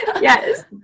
Yes